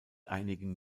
einigen